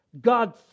God